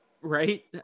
right